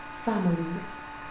families